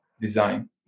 design